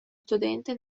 studente